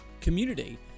community